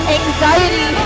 anxiety